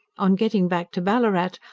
on getting back to ballarat,